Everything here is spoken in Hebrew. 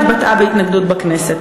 שכמובן התבטאה בהתנגדות בכנסת.